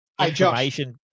information